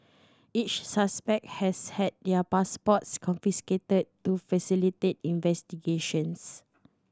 each suspect has had their passports confiscated to facilitate investigations